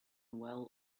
well